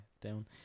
down